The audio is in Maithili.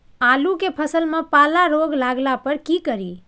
आलू के फसल मे पाला रोग लागला पर कीशकरि?